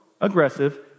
aggressive